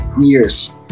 years